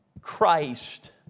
Christ